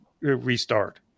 restart